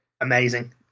Amazing